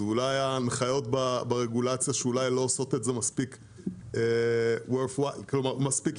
ואולי ההנחיות ברגולציה לא עושות את זה מספיק ישים